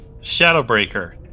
Shadowbreaker